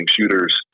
shooters